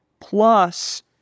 Plus